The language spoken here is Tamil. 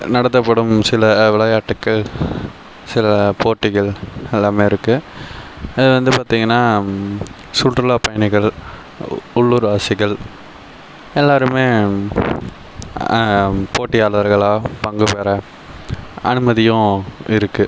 நடத்தப்படும் சில விளையாட்டுகள் சில போட்டிகள் எல்லாமே இருக்குது அது வந்து பார்த்திங்கன்னா சுற்றுலா பயணிகள் உள்ளூர் வாசிகள் எல்லோருமே போட்டியாளர்களாக பங்குபெற அனுமதியும் இருக்குது